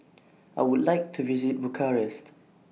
I Would like to visit Bucharest